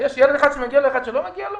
יש ילד אחד שמגיע לו וילד אחד שלא מגיע לו?